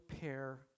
pair